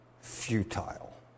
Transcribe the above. futile